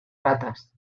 ratas